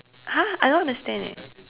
!huh! I don't understand leh